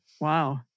Wow